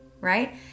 right